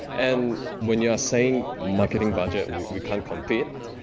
and when you're saying marketing budget, we can't compete.